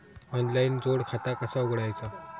Online जोड खाता कसा उघडायचा?